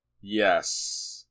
Yes